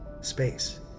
Space